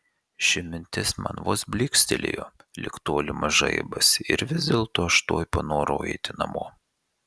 ši mintis man vos blykstelėjo lyg tolimas žaibas ir vis dėlto aš tuoj panorau eiti namo